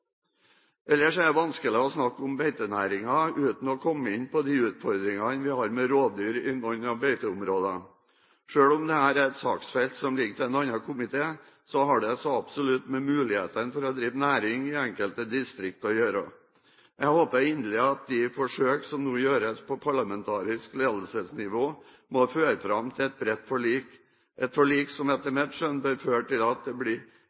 Ellers er det vanskelig å snakke om beitenæringen uten å komme inn på de utfordringene vi har med rovdyr i noen av beiteområdene. Selv om dette er et saksfelt som ligger til en annen komité, har det så absolutt med mulighetene for å drive næring i enkelte distrikter å gjøre. Jeg håper inderlig at de forsøk som nå gjøres på parlamentarisk ledelsesnivå, må føre fram til et bredt forlik, et forlik som, etter mitt skjønn, bør føre til at det